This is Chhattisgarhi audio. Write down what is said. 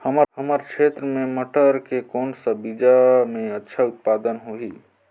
हमर क्षेत्र मे मटर के कौन सा बीजा मे अच्छा उत्पादन होही?